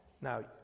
now